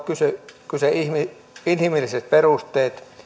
kyse siitä että on inhimilliset perusteet